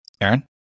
Aaron